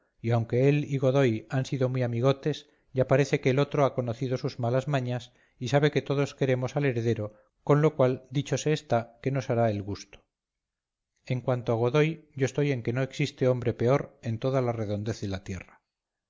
y aunque él y godoy han sido muy amigotes ya parece que el otro ha conocido sus malas mañas y sabe que todos queremos al heredero con lo cual dicho se está que nos hará el gusto en cuanto a godoy yo estoy en que no existe hombre peor en toda la redondez de la tierra